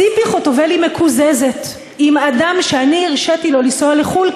ציפי חוטובלי מקוזזת עם אדם שאני הרשיתי לו לנסוע לחו"ל,